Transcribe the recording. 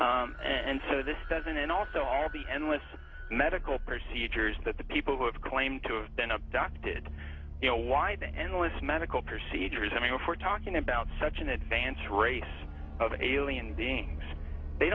city and so this doesn't and also all the endless medical procedures that the people who have claimed to have been abducted you know why the endless medical procedures i mean if we're talking about such an advanced race of alien beings they